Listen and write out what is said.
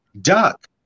duck